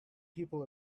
people